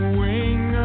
wing